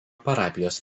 parapijos